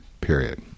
Period